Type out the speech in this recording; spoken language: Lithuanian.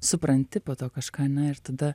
supranti po to kažką na ir tada